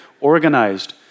organized